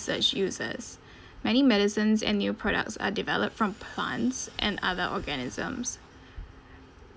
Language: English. research uses many medicines and new products are developed from plants and other organisms